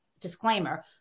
disclaimer